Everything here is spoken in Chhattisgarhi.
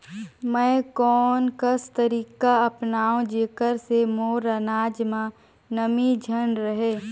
मैं कोन कस तरीका अपनाओं जेकर से मोर अनाज म नमी झन रहे?